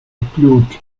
blut